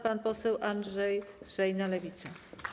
Pan poseł Andrzej Szejna, Lewica.